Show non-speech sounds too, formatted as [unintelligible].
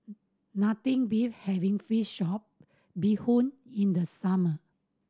nothing [unintelligible] having fish soup bee hoon in the summer